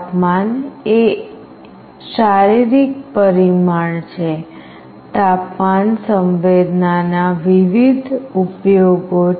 તાપમાન એ શારીરિક પરિમાણ છે તાપમાન સંવેદના ના વિવિધ ઉપયોગો છે